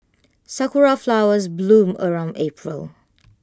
Sakura Flowers bloom around April